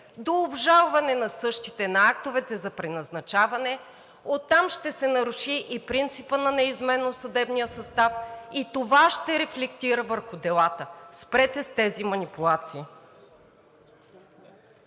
до обжалване на същите – на актовете за преназначаване, оттам ще се наруши и принципът на неизменно съдебния състав и това ще рефлектира върху делата. Спрете с тези манипулации!